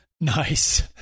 Nice